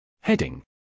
Heading